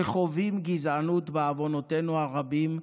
שחווים גזענות, בעוונותינו הרבים.